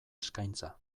eskaintza